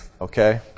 Okay